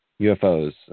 UFOs